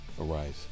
Arise